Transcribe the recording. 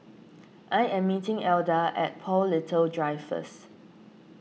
I am meeting Elda at Paul Little Drive first